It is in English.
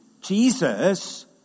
Jesus